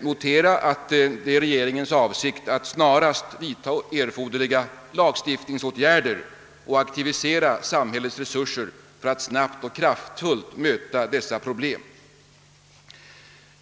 notera att det är regeringens avsikt att snarast vidta erforderliga lagstiftningsåtgärder och = aktivisera samhällets resurser för att snabbt och kraftfullt möta dessa problem.